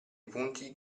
punti